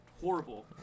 horrible